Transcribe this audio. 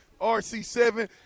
RC7